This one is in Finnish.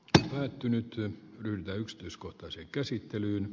kaikki nyt jo yltä yksityiskohtaiseen käsittelyyn